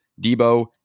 Debo